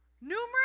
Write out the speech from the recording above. numerous